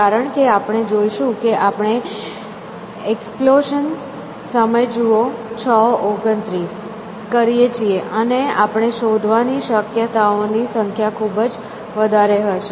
કારણ કે આપણે જોઈશું કે આપણે એક્સપ્લોશન કરીએ છીએ આપણે શોધવાની શક્યતાઓની સંખ્યા ખૂબ વધારે હશે